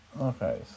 Okay